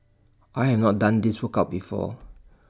I have not done this workout before